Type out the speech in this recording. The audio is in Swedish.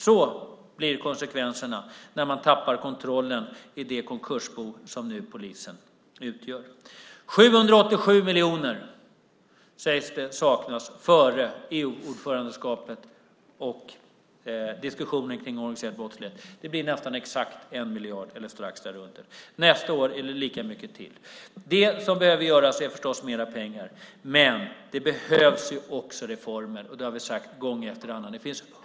Sådana konsekvenser blir det när man tappar kontrollen i det konkursbo som polisen nu utgör. 787 miljoner säger man saknas före EU-ordförandeskapet och diskussionen om organiserad brottslighet. Det blir nästan exakt 1 miljard eller strax därunder. Nästa år är det lika mycket till. Det som behövs är förstås mer pengar, men det behövs också reformer. Det har vi gång efter annan sagt.